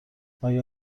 آیا